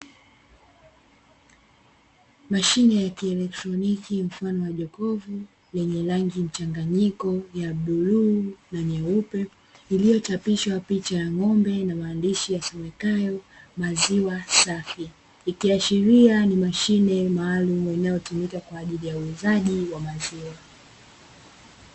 Mashine ya kielektroniki mfano wa jokofu lenye rangi mchanganyiko ya bluu na nyeupe, iliyochapishwa picha ya ng’ombe na maandishi yasomekayo “ Maziwa safi”. Ikiashiria ni mashine maalumu inayotumika kwa ajili ya uuzaji wa maziwa.